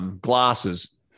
Glasses